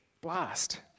Blast